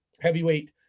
heavyweight